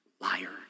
Liar